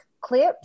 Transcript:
clips